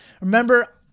Remember